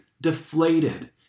deflated